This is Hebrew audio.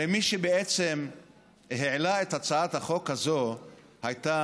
הרי מי שבעצם העלתה את הצעת החוק הזאת הייתה